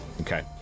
okay